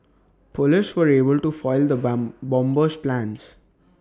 Police were able to foil the bump bomber's plans